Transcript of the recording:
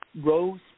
rose